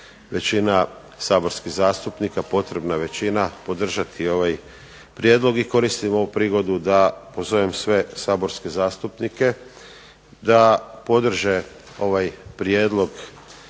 većina saborskih zastupnika, potrebna većina podržati ovaj prijedlog. I koristim ovu prigodu da pozovem sve saborske zastupnike da podrže ovaj prijedlog